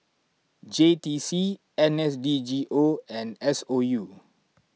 J T C N S D G O and S O U